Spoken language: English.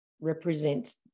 represents